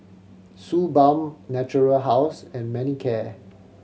Suu Balm Natura House and Manicare